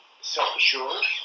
self-assurance